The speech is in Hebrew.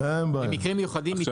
במקרים מיוחדים.